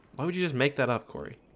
why would you just make that up corey